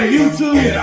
YouTube